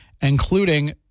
including